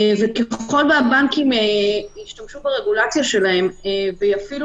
וככל שהבנקים ישתמשו ברגולציה שלהם ויפעילו